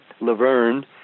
Laverne